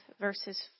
verses